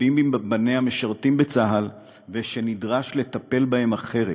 שרבים מבניה משרתים בצה"ל, ושנדרש לטפל בהם אחרת.